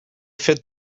fit